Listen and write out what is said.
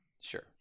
sure